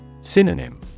Synonym